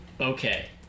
Okay